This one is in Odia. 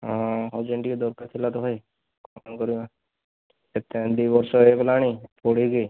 ହଁ ଅରଜେଣ୍ଟ ଟିକିଏ ଦରକାରଥିଲା ତ ଭାଇ କଣ କରିବା ଦୁଇ ବର୍ଷ ହେଇଗଲାଣି ପଢ଼ିକି